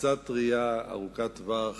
ראייה ארוכת טווח